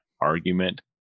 argument